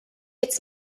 its